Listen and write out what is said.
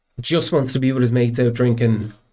just-wants-to-be-with-his-mates-out-drinking